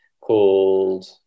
called